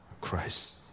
Christ